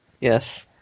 Yes